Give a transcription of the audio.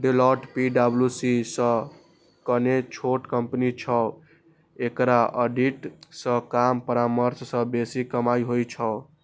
Deloitte पी.डब्ल्यू.सी सं कने छोट कंपनी छै, एकरा ऑडिट सं कम परामर्श सं बेसी कमाइ होइ छै